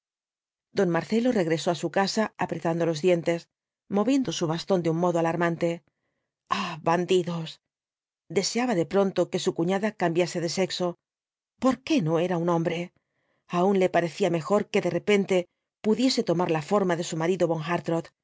don marcelo regresó á su casa apretando los dientes moviendo su bastón de un modo alarmante ah bandidos deseaba de pronto que su cuñada cambiase de sexo por qué no era un hombre aun le parecía mejor que de repente pudiese tomar la forma de su marido von